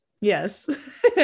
yes